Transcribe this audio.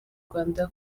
rwanda